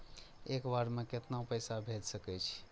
एक बार में केतना पैसा भेज सके छी?